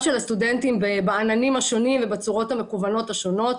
של הסטודנטים בעננים השונים ובצורות המקוונות השונות.